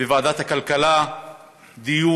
בוועדת הכלכלה בדיון